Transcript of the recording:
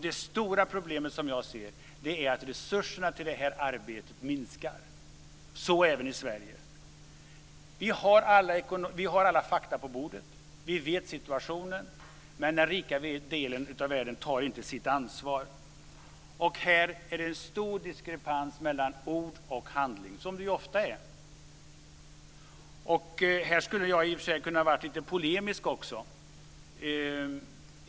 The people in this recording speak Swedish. Det stora problemet, som jag ser det, är att resurserna till det här arbetet minskar - så även i Sverige. Vi har alla fakta på bordet. Vi vet situationen, men den rika delen av världen tar inte sitt ansvar. Här är det en stor diskrepans mellan ord och handling, som det ju ofta är. Här skulle jag i och för sig kunna vara lite polemisk också.